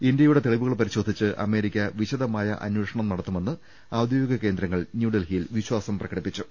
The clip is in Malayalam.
ഇന്ത്യയുടെ തെളിവു കൾ പരിശോധിച്ച് അമേരിക്ക വിശദമായ അന്വേഷണം നടത്തു മെന്ന് ഔദ്യോഗിക കേന്ദ്രങ്ങൾ ന്യൂഡൽഹിയിൽ വിശ്വാസം പ്രക ടിപ്പിച്ചു